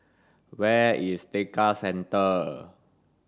where is Tekka Centre